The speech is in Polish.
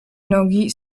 nogi